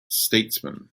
statesman